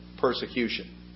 persecution